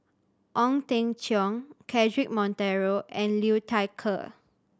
Ong Teng Cheong Cedric Monteiro and Liu Thai Ker